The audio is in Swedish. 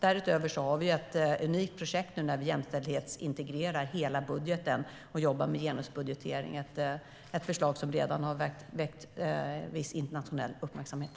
Därutöver har vi ett unikt projekt nu när vi jämställdhetsintegrerar hela budgeten och jobbar med genusbudgetering. Det är ett projekt som redan har väckt viss internationell uppmärksamhet.